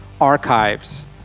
Archives